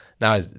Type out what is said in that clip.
now